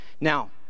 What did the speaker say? Now